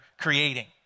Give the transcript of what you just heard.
creating